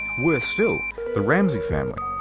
worse still the ramsey family.